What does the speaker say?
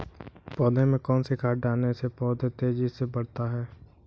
पौधे में कौन सी खाद डालने से पौधा तेजी से बढ़ता है?